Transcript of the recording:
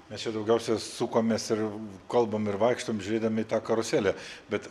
mes čia daugiausia sukomės ir kalbam ir vaikštom žiūrėdami į tą karuselę bet